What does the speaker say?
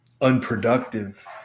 unproductive